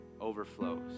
overflows